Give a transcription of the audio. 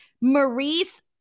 Maurice